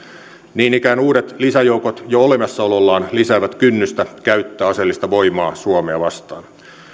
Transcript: niin ikään uudet lisäjoukot jo olemassaolollaan lisäävät kynnystä käyttää aseellista voimaa suomea vastaan